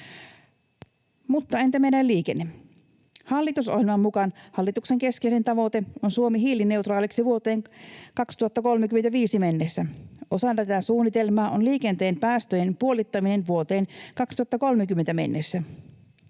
Entä meidän liikenne? Hallitusohjelman mukaan hallituksen keskeisin tavoite on Suomi hiilineutraaliksi vuoteen 2035 mennessä. Osa tätä suunnitelmaa on liikenteen päästöjen puolittaminen vuoteen 2030 mennessä.